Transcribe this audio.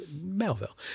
Melville